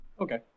Okay